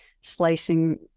slicing